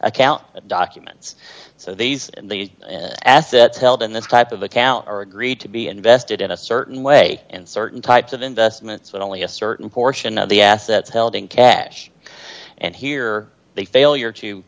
account documents so these and the assets held in this type of account are agreed to be invested in a certain way and certain types of investments only a certain portion of the assets held in cash and here the failure to